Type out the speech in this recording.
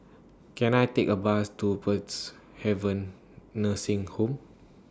Can I Take A Bus to Peacehaven Nursing Home